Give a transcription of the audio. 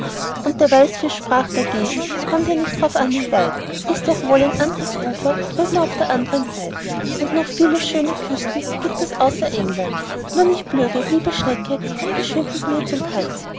und der weißfisch sprach dagegen s kommt ja nicht drauf an wie weit ist doch wohl ein andres ufer drüben auf der andern seit und noch viele schöne küsten giebt es außer engelland's nur nicht blöde liebe schnecke komm geschwind mit mir zum tanz